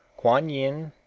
kuan yin,